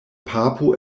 papo